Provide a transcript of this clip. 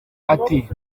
ati